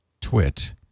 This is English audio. twit